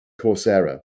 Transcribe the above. Coursera